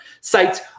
sites